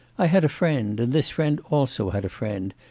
i had a friend, and this friend also had a friend,